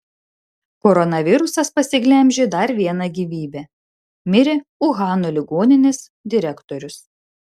koronavirusas pasiglemžė dar vieną gyvybę mirė uhano ligoninės direktorius